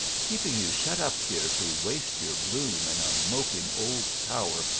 keeping you shut up here to waste your bloom in a moping old tower,